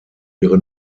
ihre